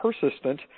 persistent